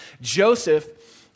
Joseph